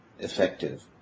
effective